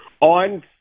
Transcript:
On